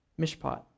mishpat